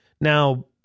Now